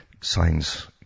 signs